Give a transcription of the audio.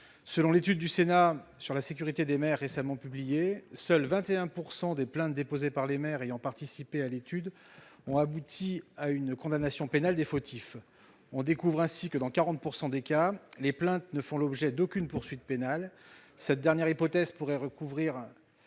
Selon l'étude du Sénat sur la sécurité des maires récemment publiée, seulement 21 % des plaintes déposées par les maires ayant participé à l'étude ont abouti à une condamnation pénale des fautifs. On découvre ainsi que, dans 40 % des cas, les plaintes ne font l'objet d'aucune poursuite pénale. Dans cette dernière hypothèse, on pourrait avoir